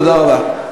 תודה רבה.